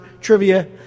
trivia